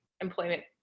employment